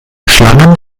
schlangen